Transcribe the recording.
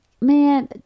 man